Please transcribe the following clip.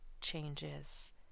changes